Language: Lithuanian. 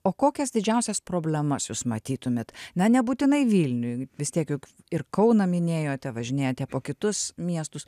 o kokias didžiausias problemas jūs matytumėt na nebūtinai vilniuj vis tiek juk ir kauną minėjote važinėjate po kitus miestus